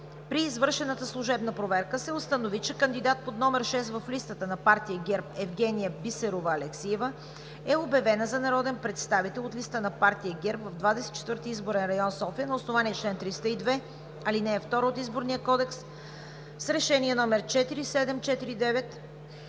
При извършената служебна проверка се установи, че кандидатът под № 6 в листата на партия ГЕРБ Евгения Бисерова Алексиева е обявена за народен представител от листата на партия ГЕРБ в Двадесет и четвърти изборен район – София, на основание чл. 302, ал. 2 от Изборния кодекс, с Решение № 4749-НС